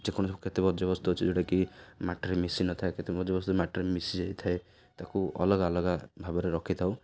ଯେକୌଣସି କେତେ ବର୍ଜ୍ୟବସ୍ତୁ ଅଛି ଯେଉଁଟାକି ମାଟିରେ ମିଶି ନଥାଏ କେତେ ବର୍ଜ୍ୟବସ୍ତୁ ମାଟିରେ ମିଶି ଯାଇଥାଏ ତାକୁ ଅଲଗା ଅଲଗା ଭାବରେ ରଖିଥାଉ